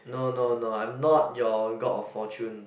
no no no I'm not your god of fortune